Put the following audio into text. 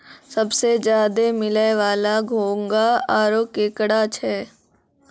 सबसें ज्यादे मिलै वला में घोंघा आरो केकड़ा छै